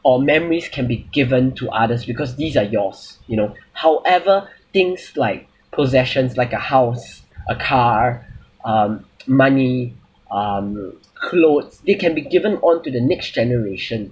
or memories can be given to others because these are yours you know however things like possessions like a house a car um money um clothes they can be given on to the next generation